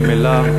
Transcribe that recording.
ממילא,